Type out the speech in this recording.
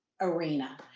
arena